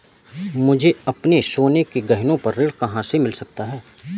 मुझे अपने सोने के गहनों पर ऋण कहाँ से मिल सकता है?